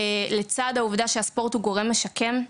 לצד העובדה שהספורט הוא גורם משקם,